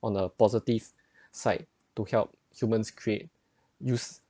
on the positive side to help humans create use